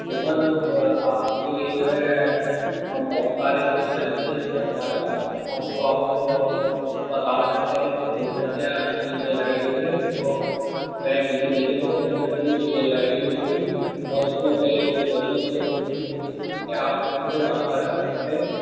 تو سر وہ آپ کے لیے جو ہے ہم بہت سارے جو سیمپلس ہیں ہمارے پاس ہم وہ آپ کو بتا سکتے ہیں بھیج سکتے ہیں آپ کی ای میل آئی ڈی پہ جو میں ایک لینک بھیجوں گا اس کے اندر میری ای میل آئی ڈی ہوگی اور اس میں میرے ہوں گے جس سے آپ مجھ سے رابطہ کر سکتے ہیں